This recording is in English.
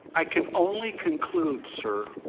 i can only conclude so